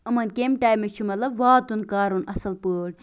یِمن کیٚمہِ ٹایمہٕ چھِ مَطلَب واتُن کَرُن اَصٕل پٲٹھۍ